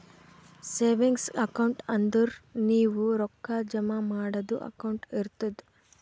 savings account ಅಂದುರ್ ನೀವು ರೊಕ್ಕಾ ಜಮಾ ಮಾಡದು ಅಕೌಂಟ್ ಇರ್ತುದ್